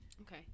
Okay